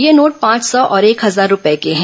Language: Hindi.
यह नोट पांच सौ और एक हजार रूपये का है